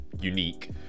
unique